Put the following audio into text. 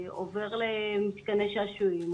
עובר למתקני שעשועים,